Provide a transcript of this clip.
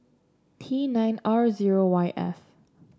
T nine R zero Y F